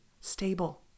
stable